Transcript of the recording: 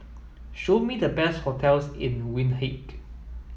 show me the best hotels in Windhoek